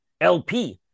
LP